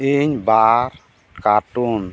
ᱤᱧ ᱵᱟᱨ ᱠᱟᱴᱩᱱ